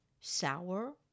sour